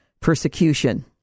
persecution